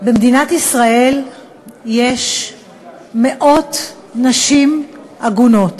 במדינת ישראל יש מאות נשים עגונות,